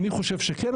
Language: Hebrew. אני חושב שכן,